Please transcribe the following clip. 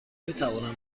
میتوانم